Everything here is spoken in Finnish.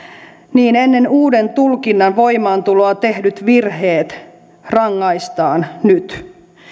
niin ennen uuden tulkinnan voimaantuloa tehdyt virheet rangaistaan nyt